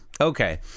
Okay